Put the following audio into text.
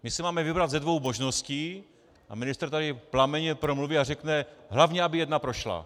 My si máme vybrat ze dvou možností a ministr tady plamenně promluví a řekne: hlavně aby jedna prošla.